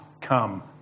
come